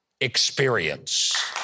Experience